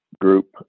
group